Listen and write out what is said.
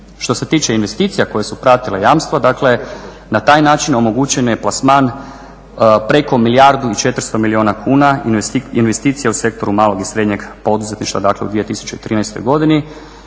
Što se tiče investicija koje su pratile jamstva, dakle na taj način omogućen je plasman preko milijardu i 400 milijuna kuna investicija u sektoru malog i srednjeg poduzetništva, dakle u 2013. godini.